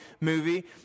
movie